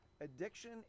Addiction